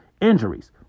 injuries